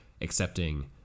accepting